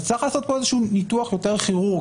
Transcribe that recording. אז צריך לעשות פה איזה שהוא ניתוח יותר כירורגי,